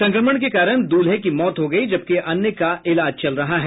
संक्रमण के कारण दुल्हे की मौत हो गयी जबकि अन्य का इलाज चल रहा है